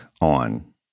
on